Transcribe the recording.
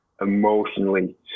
emotionally